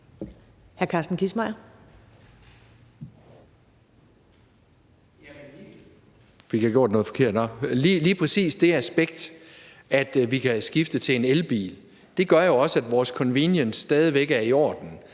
Lige præcis det aspekt, at vi kan skifte til en elbil, gør jo også, at vores convenience stadig væk er i orden.